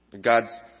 God's